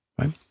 Right